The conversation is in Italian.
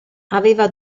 aveva